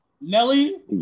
Nelly